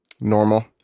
normal